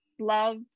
love